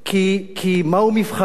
כי מה הוא מבחנה